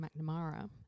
McNamara